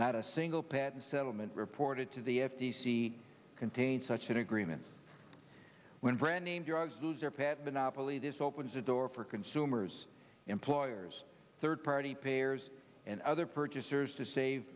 not a single patent settlement reported to the f t c contain such an agreement when brand name drugs lose their pet monopoly this opens the door for consumers employers third party payers and other purchasers to save